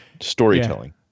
storytelling